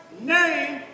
name